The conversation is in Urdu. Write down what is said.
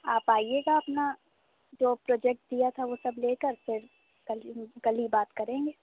آپ آئیے گا اپنا جو پروجیکٹ دیا تھا وہ سب لے کر پھر کل ہی کل ہی بات کریں گے